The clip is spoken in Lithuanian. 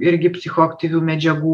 irgi psichoaktyvių medžiagų